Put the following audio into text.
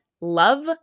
Love